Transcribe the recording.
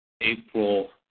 April